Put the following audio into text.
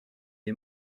est